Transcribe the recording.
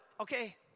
okay